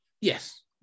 Yes